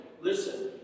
listen